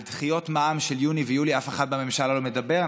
על דחיות מע"מ של יוני ויולי אף אחד בממשלה לא מדבר.